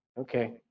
okay